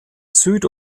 süd